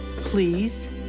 Please